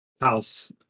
house